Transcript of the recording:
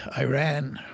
iran,